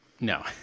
No